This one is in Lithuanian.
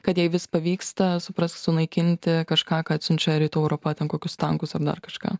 kad jai vis pavyksta suprask sunaikinti kažką ką atsiunčia rytų europa ten kokius tankus ar dar kažką